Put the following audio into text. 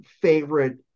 favorite